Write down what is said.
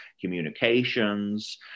communications